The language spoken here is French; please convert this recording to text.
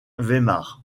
weimar